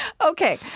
Okay